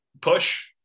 Push